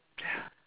ya